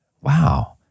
wow